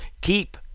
keep